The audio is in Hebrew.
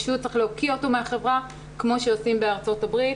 צריך פשוט להוקיע אותו מהחברה כמו שעושים בארצות הברית,